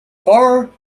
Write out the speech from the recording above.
far